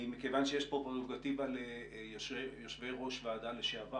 מכיוון שיש פה פררוגטיבה ליושבי-ראש ועדה לשעבר